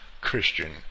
Christian